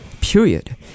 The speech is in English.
period